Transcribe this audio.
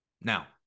now